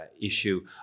issue